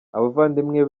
abavandimwe